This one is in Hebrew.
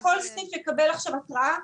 כל סניף יקבל עכשיו התראה,